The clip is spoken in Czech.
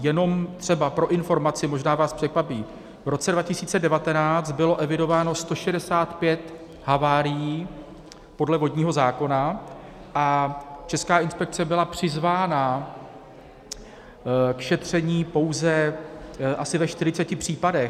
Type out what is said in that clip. Jenom třeba pro informaci, možná vás překvapí, v roce 2019 bylo evidováno 165 havárií podle vodního zákona a Česká inspekce byla přizvána k šetření pouze asi ve 40 případech.